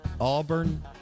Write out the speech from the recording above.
Auburn